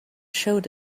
showed